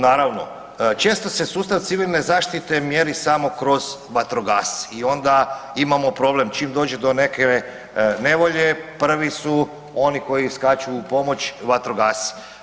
Naravno, često se sustav civilne zaštite mjeri samo kroz vatrogasce i onda imamo problem čim dođe do neke nevolje, prvi su oni koji skaču u pomoć, vatrogasci.